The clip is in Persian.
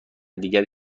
دیگری